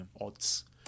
odds